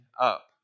up